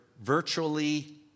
virtually